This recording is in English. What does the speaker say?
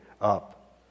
up